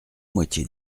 moitié